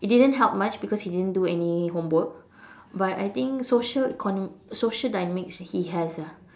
it didn't help much because he didn't do any homework but I think social econom~ social dynamics he has ah